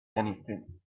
anything